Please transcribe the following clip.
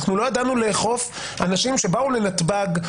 אנחנו לא ידענו לאכוף על אנשים שבאו לנתב"ג,